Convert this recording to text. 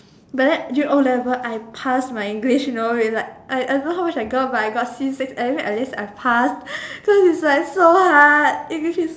but then during O-level I passed my English you know I I don't know how much I get but I got C six anyway at least I passed cause it's like so hard English is